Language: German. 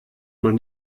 man